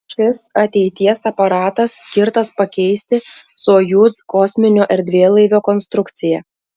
šis ateities aparatas skirtas pakeisti sojuz kosminio erdvėlaivio konstrukciją